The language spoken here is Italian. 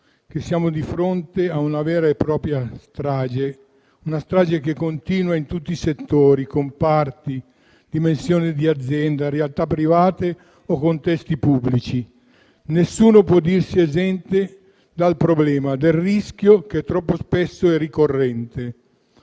che siamo di fronte a una vera e propria strage che continua in tutti i settori, comparti, dimensioni di azienda, realtà private o contesti pubblici. Nessuno può dirsi esente dal problema del rischio che troppo spesso è ricorrente.